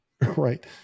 right